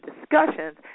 discussions